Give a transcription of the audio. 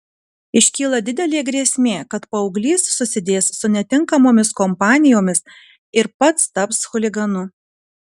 iškyla didelė grėsmė kad paauglys susidės su netinkamomis kompanijomis ir pats taps chuliganu